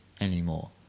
anymore